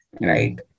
Right